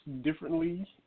differently